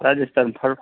રાજસ્થાન ફરવા